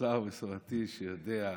שר מסורתי שיודע,